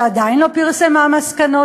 שעדיין לא פרסמה מסקנות.